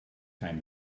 time